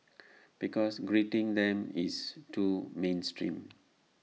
because greeting them is too mainstream